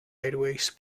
airways